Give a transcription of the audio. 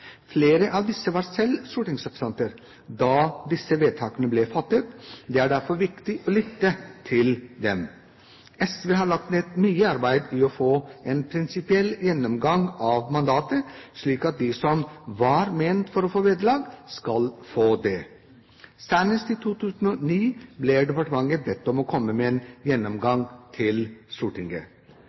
Flere av disse var selv stortingsrepresentanter da disse vedtakene ble fattet. Det er derfor viktig å lytte til dem. SV har lagt ned mye arbeid for å få en prinsipiell gjennomgang av mandatet, slik at de som det var ment skulle få vederlag, får det. Senest i 2009 ble departementet bedt om å komme med en gjennomgang til Stortinget.